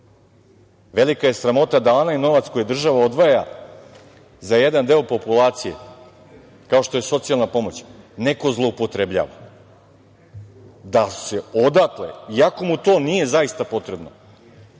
je sramota da onaj novac koji država odvaja za jedan deo populacije kao što je socijalna pomoć, neko zloupotrebljava da odatle, iako mu to nije zaista potrebno,